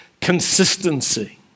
consistency